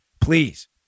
please